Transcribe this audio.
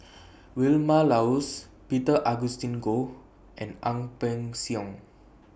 Vilma Laus Peter Augustine Goh and Ang Peng Siong